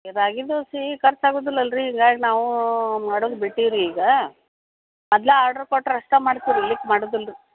ರಾಗಿ ದೋಸೆ ಖರ್ಚು ಆಗೋದಿಲ್ಲಲ್ರೀ ಹೀಗಾಗಿ ನಾವು ಮಾಡೋದ್ ಬಿಟ್ಟೀವಿ ರೀ ಈಗ ಮೊದ್ಲಾ ಆರ್ಡ್ರು ಕೊಟ್ಟರಷ್ಟೇ ಮಾಡ್ತೀವಿ ರೀ ಈಗ ಮಾಡೋದಿಲ್ಲ ರೀ